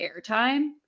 airtime